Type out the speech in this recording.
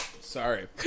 Sorry